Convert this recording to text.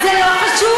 זה לא חשוב.